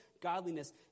godliness